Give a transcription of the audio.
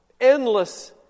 endless